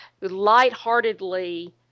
lightheartedly